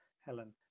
Helen